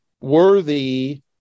worthy